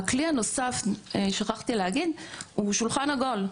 הכלי הנוסף, שכחתי להגיד, הוא שולחן עגול.